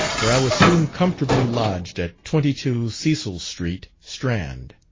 where i was soon comfortably lodged at twenty two, cecil street, strand.